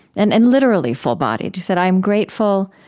and and literally, full-bodied. you said, i am grateful,